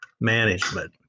management